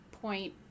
point